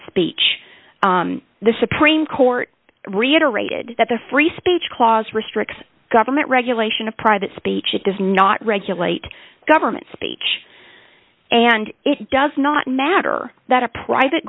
speech the supreme court reiterated that the free speech clause restricts government regulation of private speech it does not regulate government speech and it does not matter that a private